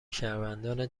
شهروندان